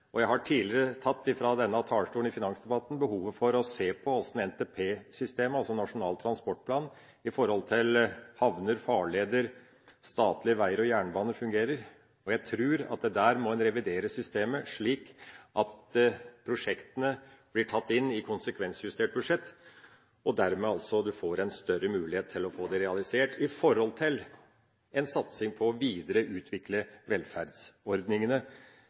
det. Jeg har tidligere fra denne talerstolen, i finansdebatten, tatt opp behovet for å se på hvordan NTP-systemet – altså Nasjonal transportplan – i forhold til havner, farleder, statlige veier og jernbane fungerer. Jeg tror at der må en revidere systemet, slik at prosjektene blir tatt inn i konsekvensjustert budsjett. Dermed får en større mulighet til å få det realisert, med tanke på en satsing på å videreutvikle velferdsordningene,